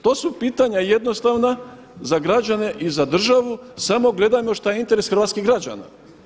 To su pitanja jednostavna za građane i za državu samo gledajmo što je interes hrvatskih građana.